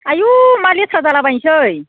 आइयौ मा लेथ्रा जालाबायनोसै